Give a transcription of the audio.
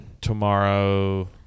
Tomorrow